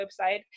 website